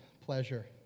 pleasure